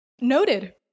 Noted